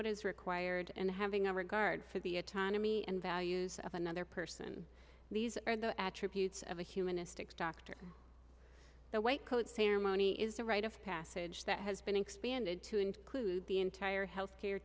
what is required and having no regard for the autonomy and values of another person these are the attributes of a humanistic doctor the white coat ceremony is a rite of passage that has been expanded to include the entire health care